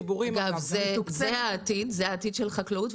זה העתיד של החקלאות.